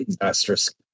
Asterisk